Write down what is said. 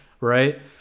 right